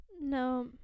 No